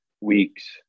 weeks